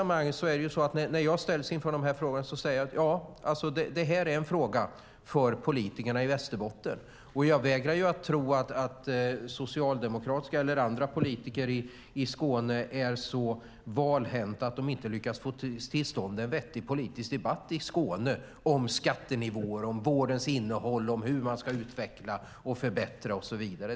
När jag ställs inför den här situationen säger jag: Det är en fråga för politikerna i Västerbotten. Jag vägrar att tro att socialdemokratiska eller andra politiker i Skåne är så valhänta att de inte lyckas få till stånd en vettig politisk debatt i Skåne om skattenivåer, om vårdens innehåll, hur man ska utveckla, förbättra och så vidare.